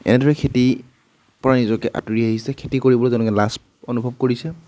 এনেদৰে খেতি পৰা নিজকে আঁতৰি আহিছে খেতি কৰিবলৈ তেওঁলোকে লাজ অনুভৱ কৰিছে